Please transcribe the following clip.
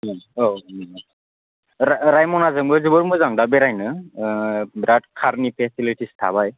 औ रायम'ना जोंबो जोबोत मोजां दा बेरायनो बिराथ कारनि फेसिलिटीस थाबाय